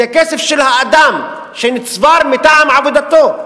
זה כסף של האדם שנצבר מטעם עבודתו.